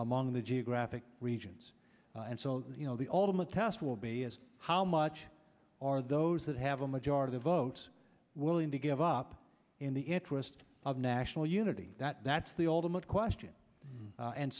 among the geographic regions and so you know the ultimate test will be as how much are those that have a majority vote willing to give up in the interest of national unity that that's the ultimate question